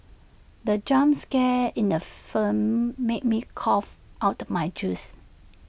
the jump scare in the film made me cough out my juice